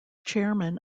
chairman